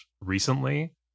recently